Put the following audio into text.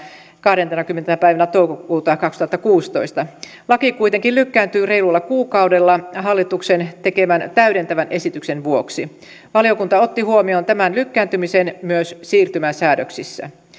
kahdentenakymmenentenä päivänä toukokuuta kaksituhattakuusitoista laki kuitenkin lykkääntyy reilulla kuukaudella hallituksen tekemän täydentävän esityksen vuoksi valiokunta otti huomioon tämän lykkääntymisen myös siirtymäsäädöksissä